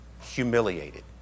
humiliated